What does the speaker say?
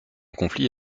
conflit